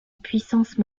puissance